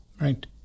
right